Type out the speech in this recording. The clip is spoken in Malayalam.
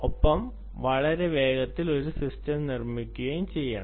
ഒപ്പം വളരെ വേഗത്തിൽ ഒരു സിസ്റ്റം നിർമ്മിക്കുകയും ചെയ്യുന്നു